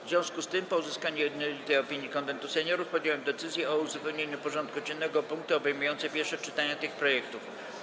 W związku z tym, po uzyskaniu jednolitej opinii Konwentu Seniorów, podjąłem decyzję o uzupełnieniu porządku dziennego o punkty obejmujące pierwsze czytania tych projektów.